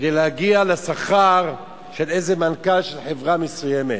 כדי להגיע לשכר של איזה מנכ"ל של חברה מסוימת.